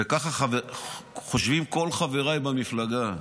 וככה חושבים כל חבריי במפלגה.